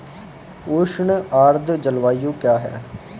उष्ण आर्द्र जलवायु क्या है?